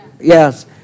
Yes